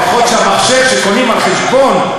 לפחות שהמחשב שקונים על חשבון,